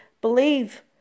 believe